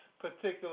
particular